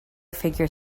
figure